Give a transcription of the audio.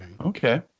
Okay